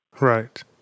Right